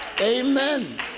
Amen